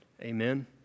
Amen